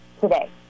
today